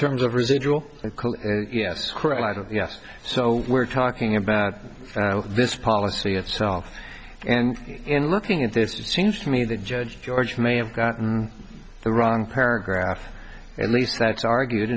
terms of residual yes yes so we're talking about this policy itself and in looking at this just seems to me the judge george may have gotten the wrong paragraph at least that's argued